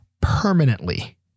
permanently